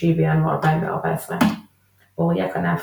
9 בינואר 2014 אוריה כנף,